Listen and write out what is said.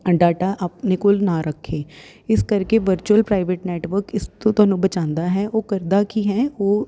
data ਆਪਣੇ ਕੋਲ ਨਾ ਰੱਖੇ ਇਸ ਕਰਕੇ ਵਰਚੁਅਲ ਪ੍ਰਾਈਵੇਟ ਨੈਟਵਰਕ ਇਸ ਤੋਂ ਤੁਹਾਨੂੰ ਬਚਾਉਂਦਾ ਹੈ ਉਹ ਕਰਦਾ ਕੀ ਹੈ ਉਹ